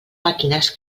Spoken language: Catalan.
màquines